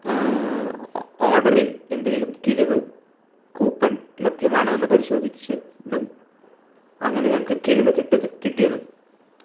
ഓഡറിൽ എന്തെങ്കിലും കിഴിവ് കൂപ്പൺ ലഭ്യമാണോയെന്ന് പരിശോധിച്ചതും അങ്ങനെ ഞങ്ങൾക്ക് കിഴിവ് കിട്ടയതും കിട്ടിയതും